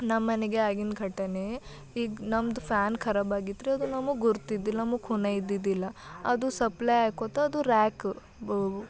ನಮ್ಮನೆಲೆ ಆಗಿನ ಘಟನೆ ಈಗ ನಮ್ದು ಫ್ಯಾನ್ ಖರಬಾಗಿತ್ರಿ ಅದು ನಮಗೆ ಗುರುತಿದಿಲ್ಲ ನಮಗೆ ಖೂನ ಇದ್ದಿದ್ದಿಲ್ಲ ಅದು ಸಪ್ಲೈ ಆಗುತ್ತಾ ಅದು ರ್ಯಾಕ್